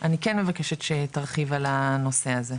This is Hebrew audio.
אני כן מבקשת שתרחיב על הנושא הזה.